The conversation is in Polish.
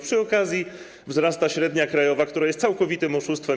Przy okazji wzrasta średnia krajowa, która jest całkowitym oszustwem.